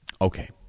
Okay